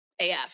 AF